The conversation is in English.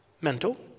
mental